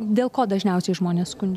dėl ko dažniausiai žmonės skundž